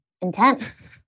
intense